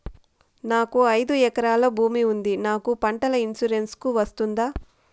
నాకు ఐదు ఎకరాల భూమి ఉంది నాకు పంటల ఇన్సూరెన్సుకు వస్తుందా?